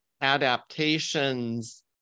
adaptations